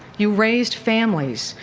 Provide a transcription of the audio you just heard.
you raised families,